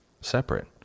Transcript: separate